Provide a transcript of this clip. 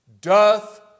doth